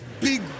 big